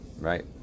Right